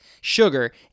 sugar